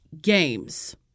games